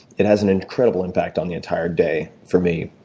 it has an incredible impact on the entire day for me.